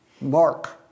Mark